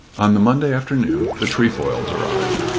on the monday afternoon the trefoils arrived.